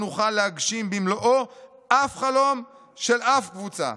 נוכל להגשים במלואו אף חלום של אף קבוצה,